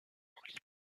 relie